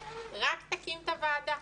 רק תקים את הוועדה.